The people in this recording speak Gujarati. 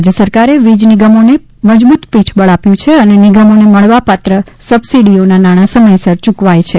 રાજ્ય સરકારે વીજ નિગમોને મજબૂત પીઠબળ આપ્યું છે અને નિગમોને મળવાપાત્ર સબસીડીઓના નાણાં સમયસર યૂકવાય છે